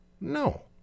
no